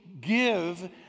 give